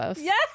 yes